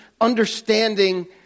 understanding